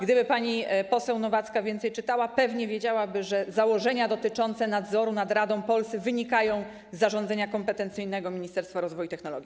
Gdyby pani poseł Nowacka więcej czytała, pewnie wiedziałaby, że założenia dotyczące nadzoru nad radą POLSA wynikają z zarządzenia kompetencyjnego Ministerstwa Rozwoju i Technologii.